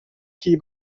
key